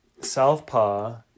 Southpaw